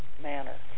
manner